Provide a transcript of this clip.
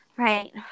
Right